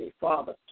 Father